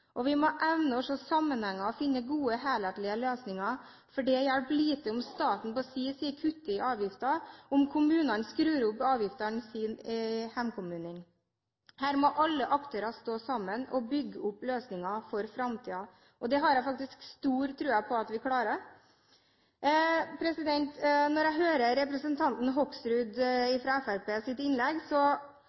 Vi må evne å se sammenhenger og finne gode, helhetlige løsninger, for det hjelper lite om staten på sin side kutter i avgifter, om kommunene skrur opp avgiftene i hjemkommunene sine. Her må alle aktører stå sammen og bygge opp løsninger for framtiden. Det har jeg faktisk stor tro på at vi klarer. Når jeg hører innlegget til representanten Hoksrud